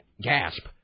gasp